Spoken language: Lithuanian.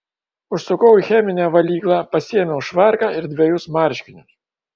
užsukau į cheminę valyklą pasiėmiau švarką ir dvejus marškinius